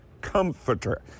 comforter